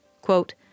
quote